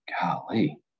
golly